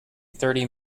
thirty